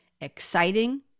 exciting